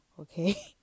okay